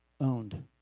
owned